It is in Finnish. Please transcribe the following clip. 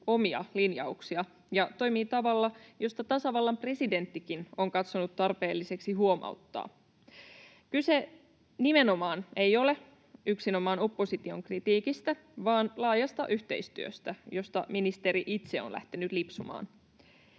omia linjauksia ja toimii tavalla, josta tasavallan presidenttikin on katsonut tarpeelliseksi huomauttaa. Kyse nimenomaan ei ole yksinomaan opposition kritiikistä, vaan laajasta yhteistyöstä, josta ministeri itse on lähtenyt lipsumaan.